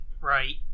right